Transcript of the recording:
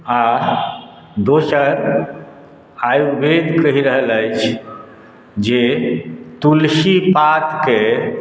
आ दोसर आयुर्वेद कहि रहल अछि जे तुलसी पातके